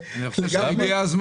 אני כל הזמן